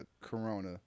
Corona